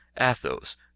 Athos